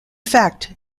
fact